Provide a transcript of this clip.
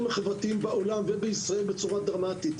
החברתיים בעולם ובישראל בצורה דרמטית.